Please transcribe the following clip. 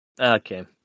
Okay